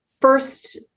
first